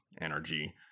energy